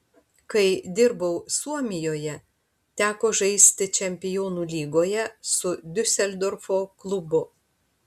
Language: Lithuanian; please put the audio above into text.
kai dirbau suomijoje teko žaisti čempionų lygoje su diuseldorfo klubu